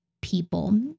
people